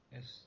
Yes